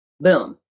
Boom